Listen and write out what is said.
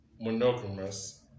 monogamous